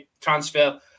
transfer